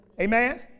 Amen